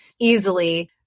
easily